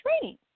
training